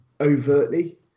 overtly